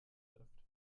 trifft